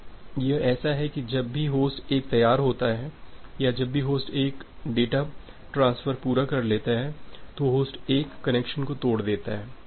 अब यह ऐसा है कि जब भी होस्ट 1 तैयार होता है या जब भी होस्ट 1 डेटा ट्रांसफर पूरा कर लेता है तो होस्ट 1 कनेक्शन को तोड़ देता है